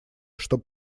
чтобы